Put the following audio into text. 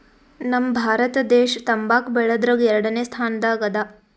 ನಮ್ ಭಾರತ ದೇಶ್ ತಂಬಾಕ್ ಬೆಳ್ಯಾದ್ರಗ್ ಎರಡನೇ ಸ್ತಾನದಾಗ್ ಅದಾ